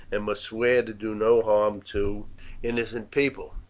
and must swear to do no harm to innocent people,